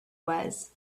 was